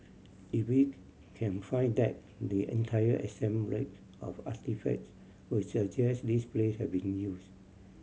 if we can find that the entire assemblage of artefacts would suggest this place has been used